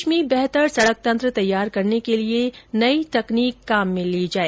प्रदेश में बेहतर सड़क तंत्र तैयार करने के लिए नई टेक्नोलॉजी काम में ली जाए